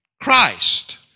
Christ